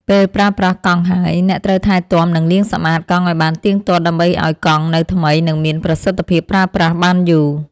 ពេលប្រើប្រាស់កង់ហើយ អ្នកត្រូវថែទាំ និងលាងសម្អាតកង់ឱ្យបានទៀងទាត់ ដើម្បីឱ្យកង់នៅថ្មី និងមានប្រសិទ្ធភាពប្រើប្រាស់បានយូរ។